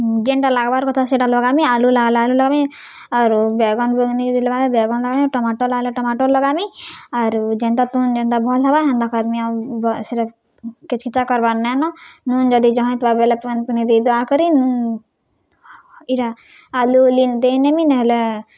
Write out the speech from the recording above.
ଯେନ୍ଟା ଲାଗ୍ବାର୍ କଥା ସେଟା ଲଗାମି ଆଲୁ ଲାଗ୍ଲା ଆଲୁ ଲଗାମି ଆରୁ ବାଏଗନ୍ବୁଗ୍ନି ଯଦି ଲଗ୍ଲା ହେଲେ ବାଏଗନ୍ ଲଗାମି ଟମାଟର୍ ଲାଗ୍ଲେ ଟମାଟର୍ ଲଗାମି ଆରୁ ଯେନ୍ତା ତୁନ୍ ଯେନ୍ତା ଭଲ୍ ହେବା ହେନ୍ତା କର୍ମି ଆଉ ସେଟା କେଚ୍କେଚା କର୍ବାର୍ ନାଇଁନ ନୁନ୍ ଯଦି ଜହ ହେଇଥିବା ବେଲେ ପାଏନ୍ ପୁନି ଦେଇଦୁଆ କରି ଇଟା ଆଲୁଉଲି ଦେଇନେମି ନିହେଲେ